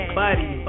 buddy